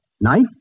Knife